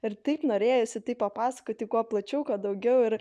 ir taip norėjosi tai papasakoti kuo plačiau kad daugiau ir